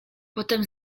potem